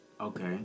Okay